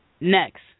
Next